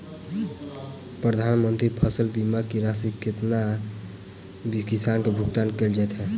प्रधानमंत्री फसल बीमा की राशि केतना किसान केँ भुगतान केल जाइत है?